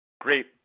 Great